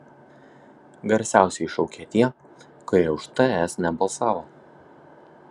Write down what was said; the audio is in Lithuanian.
garsiausiai šaukia tie kurie už ts nebalsavo